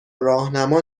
راهنما